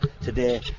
Today